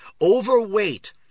overweight